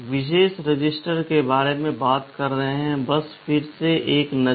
विशेष register के बारे में बात कर रहे हैं बस फिर से एक नज़र